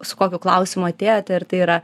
su kokiu klausimu atėjote ir tai yra